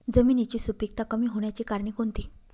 जमिनीची सुपिकता कमी होण्याची कारणे कोणती?